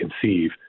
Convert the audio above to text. conceive